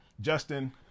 justin